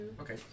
Okay